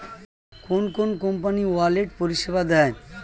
কোন কোন company wallet পরিষেবা দেয়?